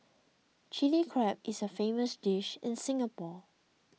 Chilli Crab is a famous dish in Singapore